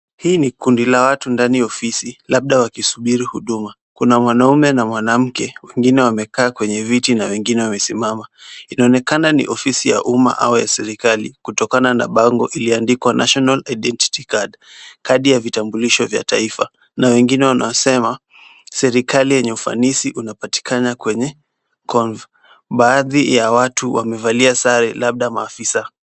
Hili ni kundi la watu ndani ya ofisi, labda wakisubiri huduma, kuna mwanamume na mwanamke, wengine wamekaa kwenye viti, na wengine wamesimama, inaonekana ni ofisi ya umma au serikali kutokana na bango iliyoandikwa national identity card , kadi ya vitambulisho vya taifa, na wengine wanaosema -serikali yenye ufanisi unapatikana kwenye komvu, baadhi ya watu wamevalia sare labda maafisa.